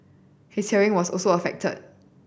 his hearing was also affected